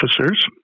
officers